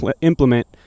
implement –